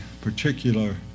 particular